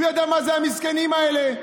הוא ידע מה זה המסכנים האלה,